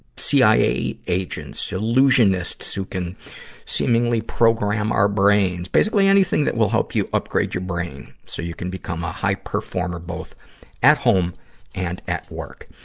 cia agents, illusionists who can seemingly program our brains. basically anything that will help you upgrade your brain, so you can become a high performer both at home and at work.